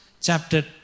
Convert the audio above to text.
chapter